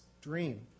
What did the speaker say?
dream